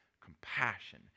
compassion